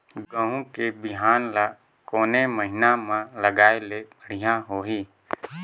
गहूं के बिहान ल कोने महीना म लगाय ले बढ़िया होही?